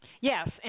Yes